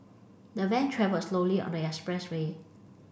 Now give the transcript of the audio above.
the van travelled slowly on the expressway